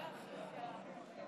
יש לך